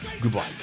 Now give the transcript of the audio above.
Goodbye